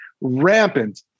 rampant